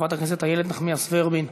חברת הכנסת איילת נחמיאס ורבין,